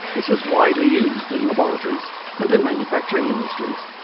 this is widely used in laboratories and in manufacturing industries.